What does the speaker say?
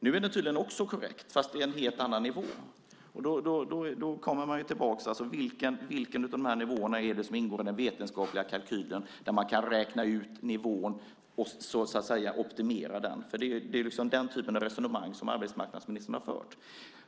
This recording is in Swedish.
Nu är den tydligen också korrekt, fast det är en helt annan nivå. Man kommer tillbaka till detta; vilken av de här nivåerna är det som ingår i den vetenskapliga kalkyl där man kan räkna ut nivån och optimera den? Det är den typen av resonemang som arbetsmarknadsministern har fört.